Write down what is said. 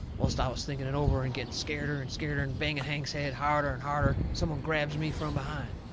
whilst i was thinking it over, and getting scareder and scareder, and banging hank's head harder and harder, some one grabs me from behind.